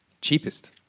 Cheapest